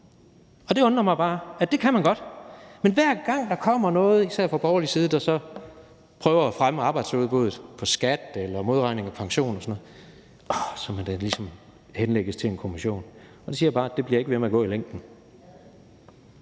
Det undrer mig bare, at det kan man godt. Men hver gang der kommer noget, især fra borgerlig side, der så prøver at fremme arbejdsudbuddet på skat eller modregning af pension og sådan noget, så må det ligesom henlægges til en kommission, og der siger jeg bare, at det bliver ikke ved med at gå i længden.